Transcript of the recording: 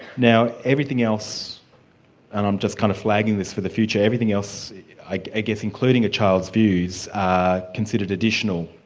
now everything else and i'm just kind of flagging this for the future everything else i ah guess including a child's views, are considered additional,